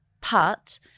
put